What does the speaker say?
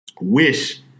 wish